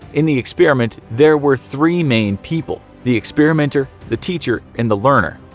in the experiment there were three main people. the experimenter, the teacher and the learner.